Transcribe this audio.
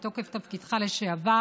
בתוקף תפקידך לשעבר